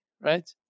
right